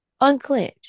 unclench